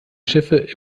schiffe